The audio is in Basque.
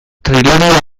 trilogia